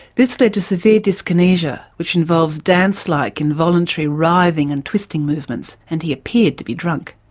this led to severe dyskinesia, which involves dance-like, involuntary, writhing and twisting movements and he appeared to be drunk.